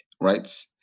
Right